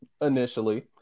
initially